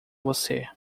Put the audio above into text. você